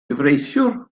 gyfreithiwr